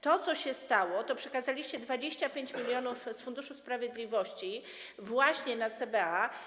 To, co się stało, to to, że przekazaliście 25 mln z Funduszu Sprawiedliwości właśnie na CBA.